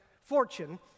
fortune